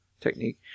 technique